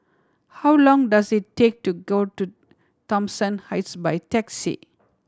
how long does it take to go to Thomson Heights by taxi